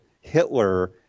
Hitler